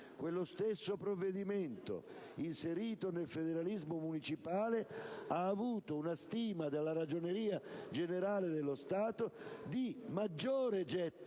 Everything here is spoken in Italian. quello stesso provvedimento, inserito nel federalismo municipale, ha avuto una stima della Ragioneria generale dello Stato di maggiore gettito